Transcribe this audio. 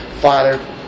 Father